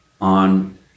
on